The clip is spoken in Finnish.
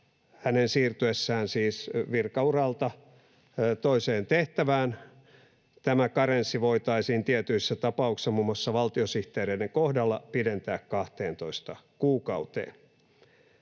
hänen siirtyessä virkauralta toiseen tehtävään, voitaisiin tietyissä tapauksissa, muun muassa valtiosihteereiden kohdalla, pidentää 12 kuukauteen.